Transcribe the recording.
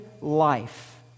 life